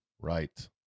Right